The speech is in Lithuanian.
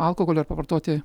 alkoholio pavartoti